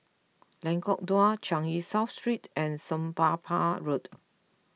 Lengkong Dua Changi South Street and Somapah Road